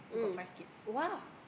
mm !wow!